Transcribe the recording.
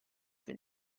been